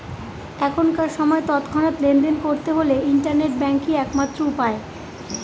এখনকার সময় তৎক্ষণাৎ লেনদেন করতে হলে ইন্টারনেট ব্যাঙ্কই এক মাত্র উপায়